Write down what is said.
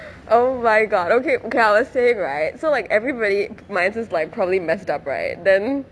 oh my god oka~ okay I will say right so like everybody's minds is like probably messed up right then